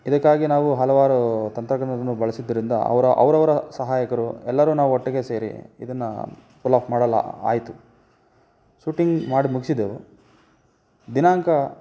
ಇದಕ್ಕಾಗಿ ನಾವು ಹಲವಾರು ತಂತ್ರಜ್ಞರನ್ನು ಬಳಸಿದ್ದರಿಂದ ಅವರ ಅವರವ್ರ ಸಹಾಯಕರು ಎಲ್ಲರೂ ನಾವು ಒಟ್ಟಿಗೆ ಸೇರಿ ಇದನ್ನು ಪುಲ್ಆಫ್ ಮಾಡಲು ಆಯಿತು ಶೂಟಿಂಗ್ ಮಾಡಿ ಮುಗಿಸಿದ್ದೆವು ದಿನಾಂಕ